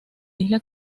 isla